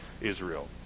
Israel